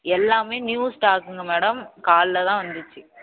எல்லாமே நியூ ஸ்டாக்குங்க மேடம் காலையில் தான் வந்துச்சு